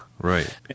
Right